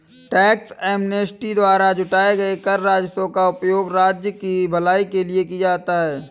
tax amnesty द्वारा जुटाए गए कर राजस्व का उपयोग राज्य की भलाई के लिए किया जाता है